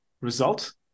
result